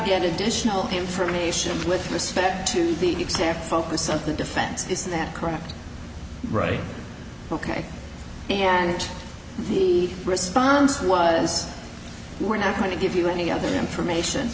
get additional information with respect to the exact focus something defense is that correct right ok and the response was we're not going to give you any other information